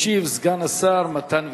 ישיב סגן שר הביטחון מתן וילנאי.